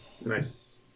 nice